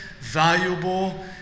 valuable